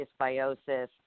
dysbiosis